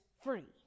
free